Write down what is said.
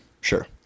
Sure